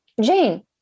Jane